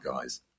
guys